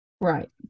Right